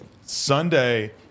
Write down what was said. Sunday